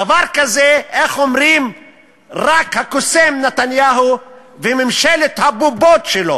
דבר כזה, רק הקוסם נתניהו וממשלת הבובות שלו